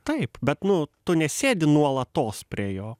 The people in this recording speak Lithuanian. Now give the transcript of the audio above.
taip bet nu tu nesėdi nuolatos prie jo